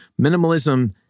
Minimalism